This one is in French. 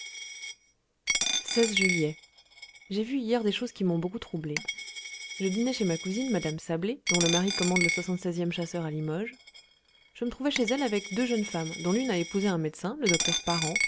juillet j'ai vu hier des choses qui m'ont beaucoup troublé je dînais chez ma cousine mme sablé dont le mari commande le e chasseurs à limoges je me trouvais chez elle avec deux jeunes femmes dont l'une a épousé un médecin le docteur parent